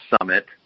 summit